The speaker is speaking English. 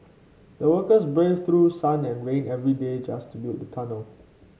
the workers braved through sun and rain every day just to build the tunnel